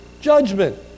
judgment